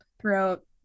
throughout